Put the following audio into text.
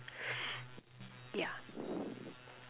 ya